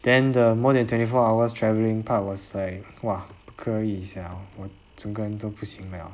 then the more than twenty four hours travelling part was like !wah! 不可以 sia 我整个人都不行 liao